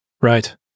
Right